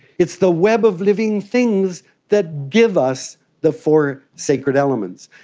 it's the web of living things that give us the four sacred elements.